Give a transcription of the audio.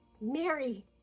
Mary